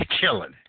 killing